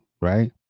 right